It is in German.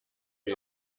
wie